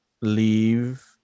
leave –